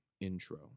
intro